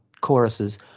choruses